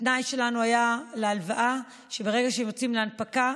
התנאי שלנו להלוואה היה שברגע שהם יוצאים להנפקה,